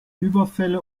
überfälle